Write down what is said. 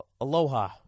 Aloha